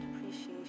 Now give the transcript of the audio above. appreciation